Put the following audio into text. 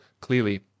clearly